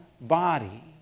body